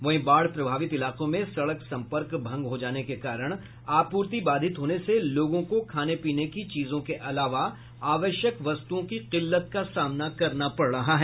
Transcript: वहीं बाढ़ प्रभावित इलाकों में सड़क सम्पर्क भंग हो जाने के कारण आपूर्ति बाधित होने से लोगों को खाने पीने की चीजों के अलावा आवश्यक वस्तुओं की किल्लत का सामना करना पड़ रहा है